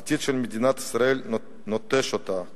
העתיד של מדינת ישראל נוטש אותה,